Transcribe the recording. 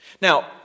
Now